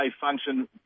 function